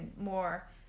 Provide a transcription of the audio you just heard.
more